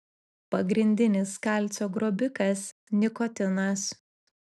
pagrindinis kalcio grobikas nikotinas